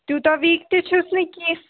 تیوٗتاہ ویٖک تہِ چھُس نہٕ کیٚنٛہہ